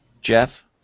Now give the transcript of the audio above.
Jeff